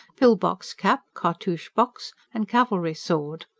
pill-box cap, cartouche box and cavalry sword.